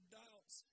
doubts